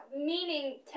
meaning